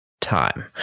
time